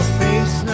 face